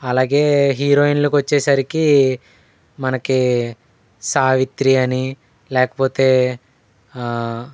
అలాగే హీరోయిన్లకు వచ్చేసరికి మనకి సావిత్రి అని లేకపోతే